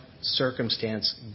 circumstance